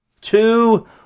two